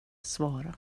svara